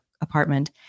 apartment